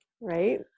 right